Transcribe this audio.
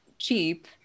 cheap